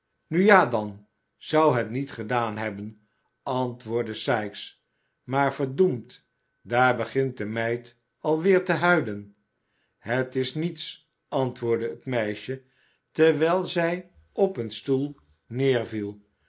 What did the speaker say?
nu ja dan zou het niet gedaan hebben antwoordde sikes maar verdoemd daar begint de meid alweer te huilen het is niets antwoordde het meisje terwijl zij op een stoel neerviel